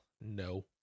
No